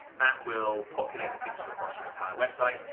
that will populate the pixel across your entire website.